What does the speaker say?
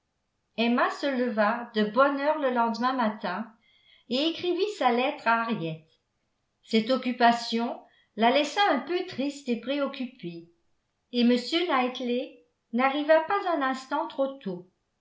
emma se leva de bonne heure le lendemain matin et écrivit sa lettre à henriette cette occupation la laissa un peu triste et préoccupée et m knightley n'arriva pas un instant trop tôt